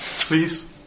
Please